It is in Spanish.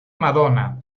madonna